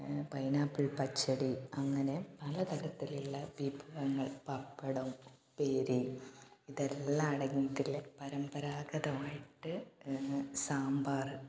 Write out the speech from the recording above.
pineapple പച്ചടി അങ്ങനെ പല തരതിലുള്ള വിഭവങ്ങൾ പപ്പടം ഉപ്പേരി ഇതെല്ലാം അടങ്ങിയിട്ടുള്ള പരമ്പരാഗതമായിട്ട് സാമ്പാർ